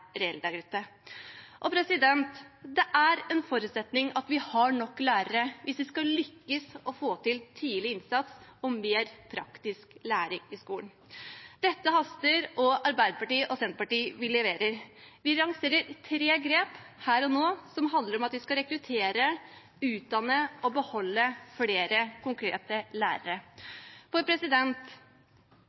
Det er en forutsetning at vi har nok lærere hvis vi skal lykkes med å få til tidlig innsats og mer praktisk læring i skolen. Dette haster, og Arbeiderpartiet og Senterpartiet leverer. Vi lanserer tre grep her og nå som handler om at vi skal rekruttere, utdanne og beholde flere konkrete lærere.